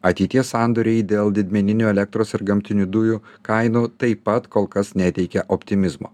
ateities sandoriai dėl didmeninių elektros ir gamtinių dujų kainų taip pat kol kas neteikia optimizmo